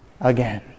again